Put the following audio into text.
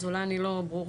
אז אולי אני לא ברורה.